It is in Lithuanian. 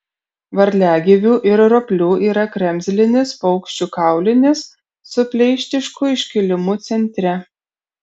varliagyvių ir roplių yra kremzlinis paukščių kaulinis su pleištišku iškilimu centre